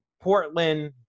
Portland